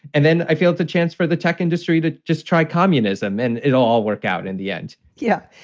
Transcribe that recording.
and then i feel it's a chance for the tech industry to just try communism and it all work out in the end yeah,